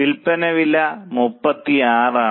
വിൽപ്പന വില 36 ആണ്